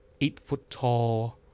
eight-foot-tall